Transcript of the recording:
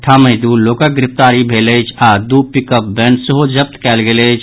ठामहि दू लोकक गिरफ्तारी भेल अछि आ दू पिकअप वैन सेहो जब्त कयल गेल अछि